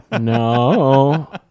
No